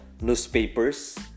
newspapers